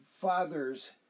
fathers